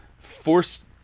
forced